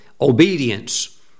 Obedience